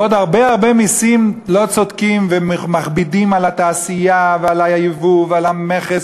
ועוד הרבה מסים לא צודקים ומכבידים על התעשייה ועל היבוא ועל המכס,